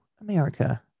America